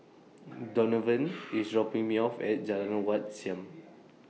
Donavon IS dropping Me off At Jalan Wat Siam